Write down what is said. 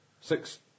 Six